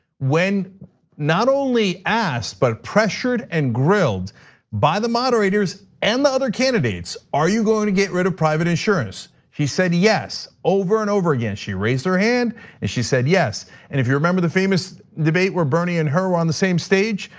when not only asked, but pressured and grilled by the moderators and the other candidates, are you going to get rid of private insurance? she said yes over and over again, she raised her hand and she said yes. and if you remember the famous debate where bernie and her were on the same stage,